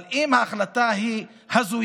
אבל אם ההחלטה היא הזויה